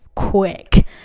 quick